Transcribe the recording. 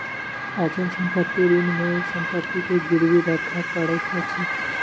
अचल संपत्ति ऋण मे संपत्ति के गिरवी राखअ पड़ैत अछि